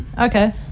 Okay